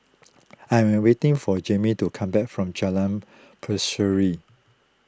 I am waiting for Jaimie to come back from Jalan Berseri